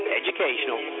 educational